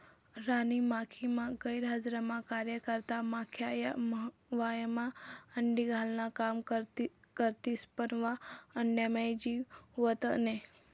राणी माखीना गैरहजरीमा कार्यकर्ता माख्या या मव्हायमा अंडी घालान काम करथिस पन वा अंडाम्हाईन जीव व्हत नै